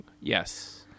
yes